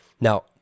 Now